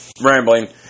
rambling